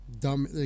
Dumb